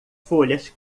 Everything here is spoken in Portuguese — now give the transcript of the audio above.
folhas